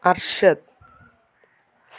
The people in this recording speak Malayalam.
അർഷദ്